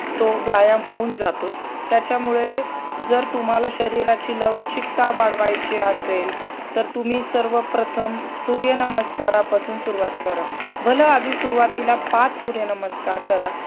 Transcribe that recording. तो व्यायाम होऊन जातो त्याच्यामुळे जर तुम्हाला शरीराची लवचिकता वाढवायची असेल तर तुम्ही सर्वप्रथम सूर्यनमस्कारापासून सुरुवात करा भलं आधी सुरुवातीला पाच सूर्यनमस्कार करा